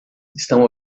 estão